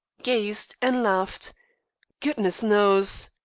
gazed, and laughed goodness knows.